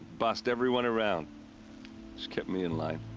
bossed everyone around. she kept me in line.